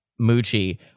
Moochie